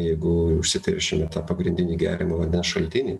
jeigu užsiteršiame pagrindinį geriamo vandens šaltinį